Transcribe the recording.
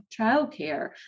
childcare